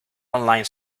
online